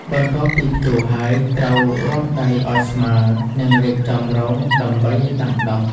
បន្ទាប់ពីភ្ជួរហើយ ត្រូវរាស់ដីឱ្យស្មើ និងរៀបចំរងដើម្បីដាំដុះ។